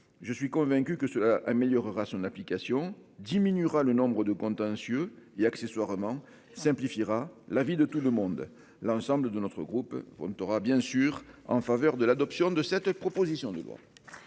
Je suis convaincu que cela améliorera son application diminuera le nombre de contentieux et accessoirement simplifiera la vie de tout le monde l'ensemble de notre groupe ne t'aura bien sûr en faveur de l'adoption de cette proposition de loi.